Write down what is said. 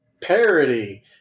Parody